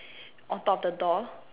on top the door